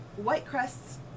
Whitecrest's